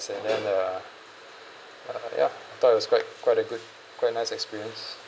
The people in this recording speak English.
and then uh uh ya thought it was quite quite a good quite nice experience